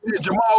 Jamal